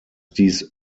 dies